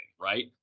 right